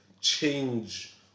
change